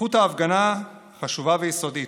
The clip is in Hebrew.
זכות ההפגנה חשובה ויסודית,